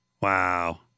Wow